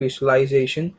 visualization